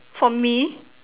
for me